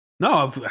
No